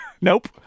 Nope